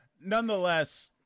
nonetheless